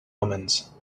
omens